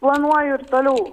planuoju ir toliau